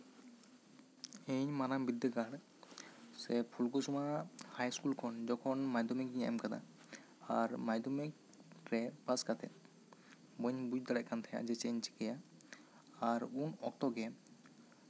ᱤᱧ ᱢᱟᱨᱟᱝ ᱵᱤᱫᱽᱫᱟᱹᱜᱟᱲ ᱥᱮ ᱯᱷᱩᱞᱠᱩᱥᱢᱟ ᱦᱟᱭ ᱤᱥᱠᱩᱞ ᱠᱷᱚᱱ ᱡᱚᱠᱷᱚᱱ ᱢᱟᱫᱽᱫᱷᱚᱢᱤᱠ ᱤᱧ ᱮᱢ ᱟᱠᱟᱫᱟ ᱟᱨ ᱢᱟᱫᱽᱫᱷᱚᱢᱤᱠ ᱨᱮ ᱯᱟᱥ ᱠᱟᱛᱮᱫ ᱵᱟᱹᱧ ᱵᱩᱡ ᱫᱟᱲᱮᱭᱟᱜ ᱠᱟᱱ ᱛᱟᱦᱮᱸᱫ ᱡᱮ ᱪᱮᱫ ᱤᱧ ᱪᱤᱠᱟᱹᱭᱟ ᱟᱨ ᱩᱱ ᱚᱠᱛᱚ ᱜᱮ